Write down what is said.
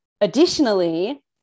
Additionally